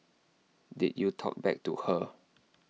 did you talk back to her